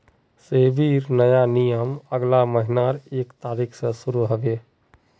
सेबीर नया नियम अगला महीनार एक तारिक स शुरू ह बे